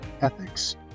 ethics